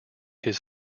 his